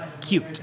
Cute